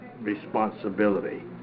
responsibility